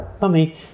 Mummy